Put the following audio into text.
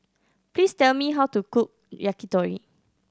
please tell me how to cook Yakitori